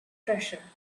treasure